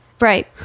Right